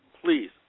please